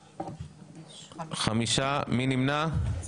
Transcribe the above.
5. מי נמנע?